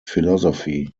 philosophy